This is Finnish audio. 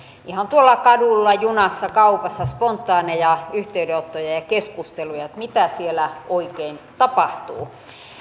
ihan tuolla kadulla junassa kaupassa spontaaneja yhteydenottoja ja ja keskusteluja että mitä siellä oikein tapahtuu